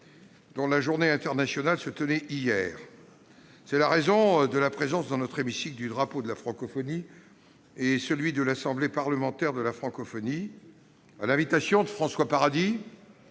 dont la Journée internationale se tenait hier. C'est la raison de la présence dans notre hémicycle du drapeau de la francophonie et de celui de l'Assemblée parlementaire de la francophonie. À l'invitation de François Paradis,